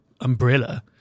umbrella